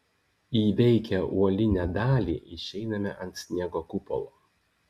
įveikę uolinę dalį išeiname ant sniego kupolo